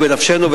הוא בנפשנו,